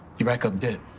you rack up debt,